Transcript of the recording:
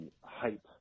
hype